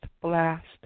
blast